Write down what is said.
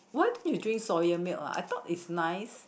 why don't you drink soya milk ah I thought it's nice